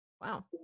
wow